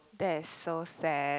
that's so sad